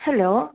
hello